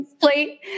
plate